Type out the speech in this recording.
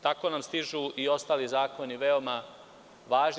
Tako nam stižu i ostali zakon, veoma važni.